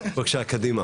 בבקשה, קדימה.